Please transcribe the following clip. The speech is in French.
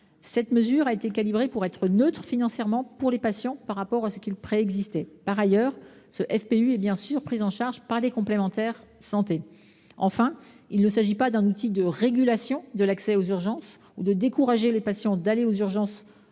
Cette mesure a été calibrée pour être neutre financièrement pour les patients, par rapport à ce qui était auparavant en vigueur. Par ailleurs, ce FPU est bien sûr pris en charge par les complémentaires de santé. Il ne s’agit pas d’un outil de régulation de l’accès aux urgences ni d’un moyen de décourager les patients d’aller aux urgences,